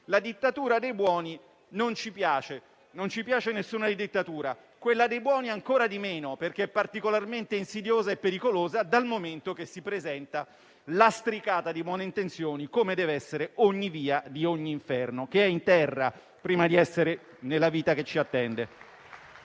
La dittatura dei buoni non ci piace. Non ci piace nessuna dittatura, quella dei buoni ancora di meno, perché è particolarmente insidiosa e pericolosa, dal momento che si presenta lastricata di buone intenzioni, come deve essere ogni via di ogni inferno, che è in terra prima di essere nella vita che ci attende.